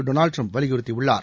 Donald Trump வலியுறுத்தியுள்ளார்